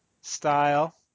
style